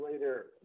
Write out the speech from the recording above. later